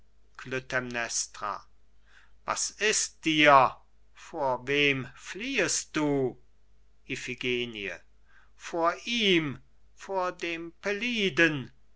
was ist dir vor wem fliehest du iphigenie vor ihm vor dem peliden